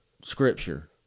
scripture